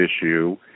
issue